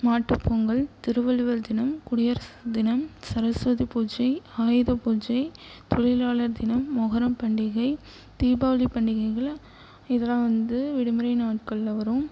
மாட்டு பொங்கல் திருவள்ளுவர் தினம் குடியரசு தினம் சரஸ்வதி பூஜை ஆயுத பூஜை தொழிலாளர் தினம் மொஹரம் பண்டிகை தீபாவளி பண்டிகைகள் இதெல்லாம் வந்து விடுமுறை நாட்கள்ல வரும்